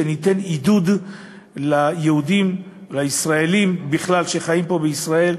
שניתן עידוד ליהודים ולישראלים בכלל שחיים פה בישראל,